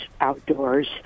outdoors